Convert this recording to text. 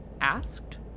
asked